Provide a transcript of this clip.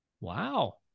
Wow